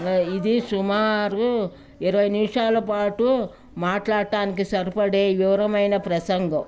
ఇది సుమారు ఇరవై నిమిషాల పాటు మాట్లాడటానికి సరిపడే వివరమైన ప్రసంగం